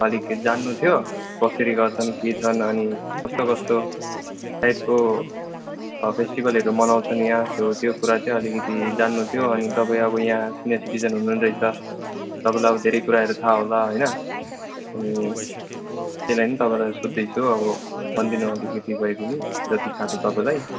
अलिकति जान्नु थियो कसरी गर्छन् के छन् अनि कस्तो कस्तो टाइपको फेस्टिभलहरू मनाउँछन् यहाँ सो त्यो कुरा चाहिँ अलिकति जान्नुथियो अनि तपाईँ अब यहाँ सिनियर सिटिजन हुनुहुँदो रहेछ तपाईँलाई अब धेरै कुराहरू थाहा होला होइन अनि त्यही लागि तपाईँलाई सोध्दैछु अब भनिदिनु अलिकति भए पनि जति थाहा छ तपाईँलाई